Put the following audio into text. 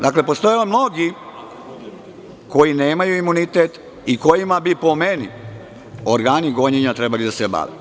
Dakle, postoje mnogi koji nemaju imunitet i kojima bi, po meni, organi gonjenja trebali da se bave.